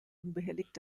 unbehelligt